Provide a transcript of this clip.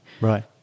right